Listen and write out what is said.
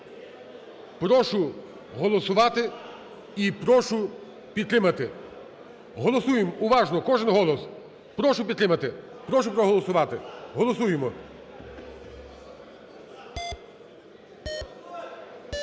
Прошу голосувати і прошу підтримати. Голосуємо, уважно кожен голос. Прошу підтримати. Прошу проголосувати. Голосуємо.